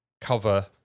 cover